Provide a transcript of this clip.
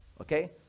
okay